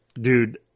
dude